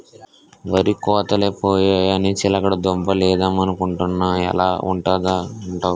వరి కోతలై పోయాయని చిలకడ దుంప లేద్దమనుకొంటున్నా ఎలా ఉంటదంటావ్?